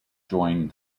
joined